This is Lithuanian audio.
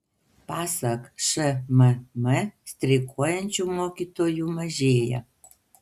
pasak šmm streikuojančių mokytojų mažėja